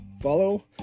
follow